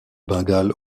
bengale